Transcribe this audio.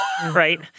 Right